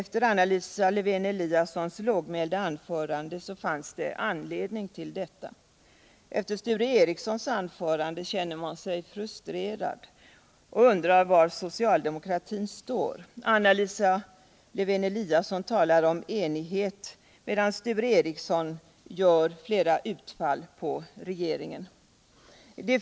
Efter Anna Lisa Lewén-Eliassons lågmälda anförande tanns det anledning till detta. Efter Sture Ericsons anförande kände man sig frustrerad och undrar var socialdemokratin står. Anna Lisa lLewén-Eliasson talade om enighet, medan Sture Ericson gjorde flera utfall mot regeringen.